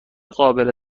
قابل